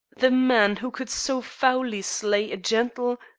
the man who could so foully slay a gentle,